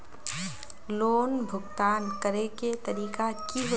Loan भुगतान करे के तरीका की होते?